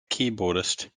keyboardist